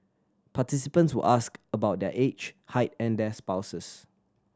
participants were asked about their age height and their spouses